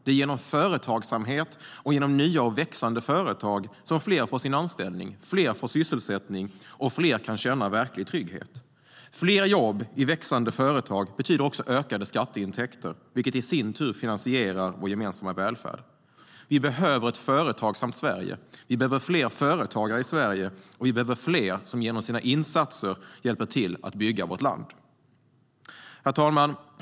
Det är genom företagsamhet och genom nya och växande företag som fler får sin anställning, fler får sysselsättning och fler kan känna verklig trygghet. Fler jobb i växande företag betyder också ökade skatteintäkter, vilka i sin tur finansierar vår gemensamma välfärd. Vi behöver ett företagsamt Sverige. Vi behöver fler företagare i Sverige. Vi behöver fler som genom sina insatser hjälper till att bygga vårt land. Herr talman!